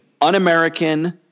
Un-American